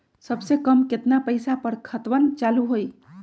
सबसे कम केतना पईसा पर खतवन चालु होई?